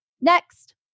Next